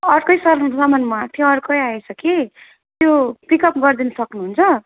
अर्कै समान मगाएको थिएँ अर्कै आएछ कि त्यो पिकअप गरिदिन सक्नुहुन्छ